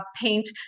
paint